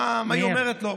מה היא אומרת לו.